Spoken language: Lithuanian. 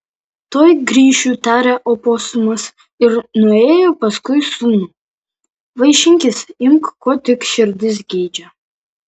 tuoj grįšiu tarė oposumas ir nuėjo paskui sūnų vaišinkis imk ko tik širdis geidžia